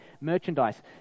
merchandise